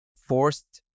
forced